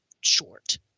short